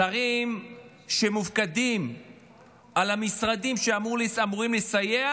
שרים שמופקדים על המשרדים שאמורים לסייע